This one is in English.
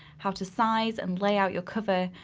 how to size and layout your cover,